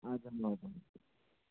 आ जाऊँगा आ जाऊँगा